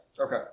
Okay